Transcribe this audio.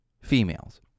females